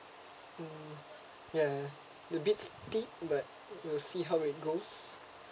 mm yeah a bit steep but will see how it goes